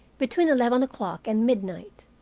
between eleven o'clock and midnight.